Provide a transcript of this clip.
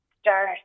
start